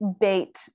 bait